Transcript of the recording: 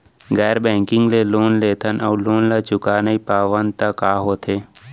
गैर बैंकिंग ले लोन लेथन अऊ लोन ल चुका नहीं पावन त का होथे?